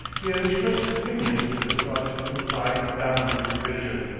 he had expressed opinions which were thought to imply a downward revision.